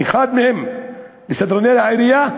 אחד מהם של סדרני העירייה,